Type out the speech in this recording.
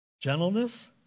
Gentleness